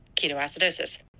ketoacidosis